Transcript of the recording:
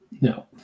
No